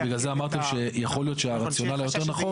בגלל זה אמרתי שיכול להיות שהרציונל היותר נכון